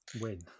win